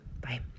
Bye